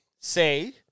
say